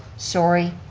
sorry,